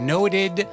Noted